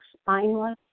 spineless